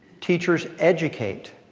teachers educate.